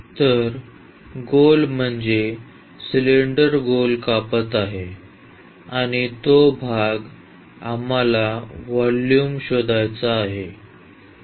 तर गोल म्हणजे सिलेंडर गोल कापत आहे आणि तो भाग आम्हाला व्हॉल्युम शोधायचा आहे